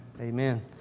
Amen